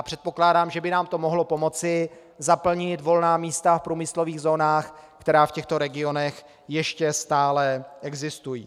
Předpokládám, že by to mohlo pomoci zaplnit volná místa v průmyslových zónách, která v těchto regionech ještě stále existují.